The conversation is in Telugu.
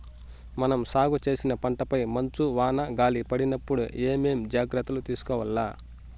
మనం సాగు చేసిన పంటపై మంచు, వాన, గాలి పడినప్పుడు ఏమేం జాగ్రత్తలు తీసుకోవల్ల?